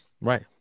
right